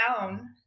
down